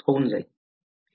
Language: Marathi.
होऊन जाते